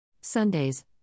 Sundays